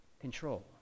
control